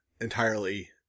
entirely